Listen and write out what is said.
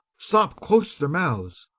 stop close their mouths,